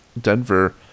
Denver